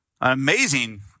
amazing